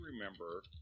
remember